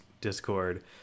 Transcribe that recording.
Discord